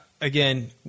Again